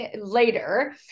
later